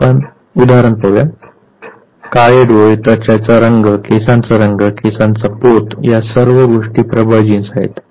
आता आपण उदाहरण पाहू काळे डोळे त्वचेचा रंग केसांचा रंग केसांचा पोत या सर्व गोष्टी प्रबळ जीन्स आहेत